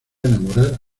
enamorar